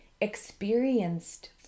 experienced